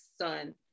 son